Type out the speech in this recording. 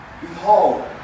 Behold